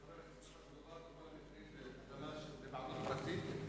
מדובר בכל המקרים באדמה שבבעלות פרטית?